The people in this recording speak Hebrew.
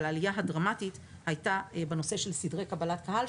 אבל העלייה הדרמטית היתה בנושא של סדרי קבלת קהל,